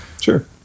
Sure